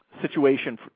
situation